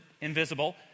invisible